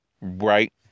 right